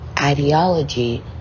ideology